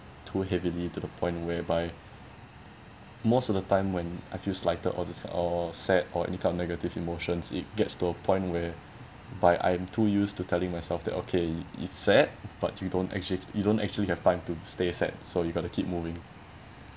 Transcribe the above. too heavily to the point where by most of the time when I feel slighted all this or sad or any kind of negative emotions it gets to a point where by I'm to used to telling myself that okay it's sad but you don't actua~ you don't actually have time to stay sad so you got to keep moving